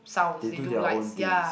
they do their own things